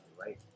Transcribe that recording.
right